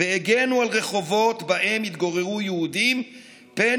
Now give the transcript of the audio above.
והגנו על רחובות שבהם התגוררו יהודים פן